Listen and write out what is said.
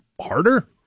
harder